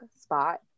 spot